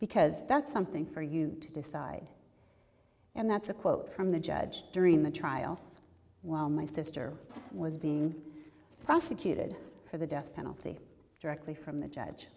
because that's something for you to decide and that's a quote from the judge during the trial while my sister was being prosecuted for the death penalty directly from the judge